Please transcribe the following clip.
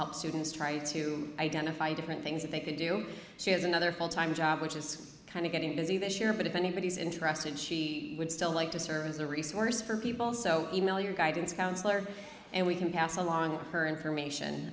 help students try to identify different things that they could do she has another full time job which is kind of getting busy this year but if anybody's interested she would still like to serve as a resource for people so e mail your guidance counselor and we can pass along her information